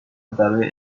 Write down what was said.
برای